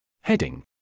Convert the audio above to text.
Heading